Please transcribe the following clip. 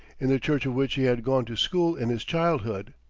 in the church of which he had gone to school in his childhood.